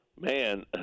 Man